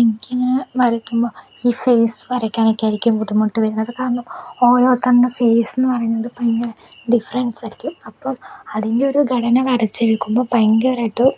എനിക്ക് വരയ്ക്കുമ്പോൾ ഈ ഫെയ്സ് വരയ്ക്കാനൊക്കെ ആയിരിക്കും ബുദ്ധിമുട്ട് വരുന്നത് കാരണം ഓരോരുത്തരുടെയും ഫേയ്സെന്ന് പറയുന്നത് ഭയങ്കര ഡിഫറെൻസായിരിക്കും അപ്പോൾ അതിൻ്റെ ഒരു ഘടന വരച്ചെടുക്കുമ്പോൾ ഭയങ്കരമായിട്ട്